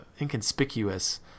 inconspicuous